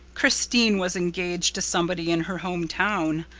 christine was engaged to somebody in her home town.